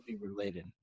Related